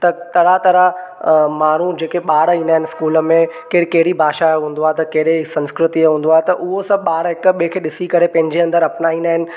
त तरह तरह माण्हू जेके ॿार ईंदा आहिनि स्कूल में केरु कहिड़ी भाषा यो हूंदो आहे त कहिड़े संस्कृतिअ यो हूंदो आहे त उहो सभ ॿार हिक ॿिए खे ॾिसी करे पंहिंजे अंदरु अपनाईंदा आइन